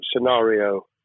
scenario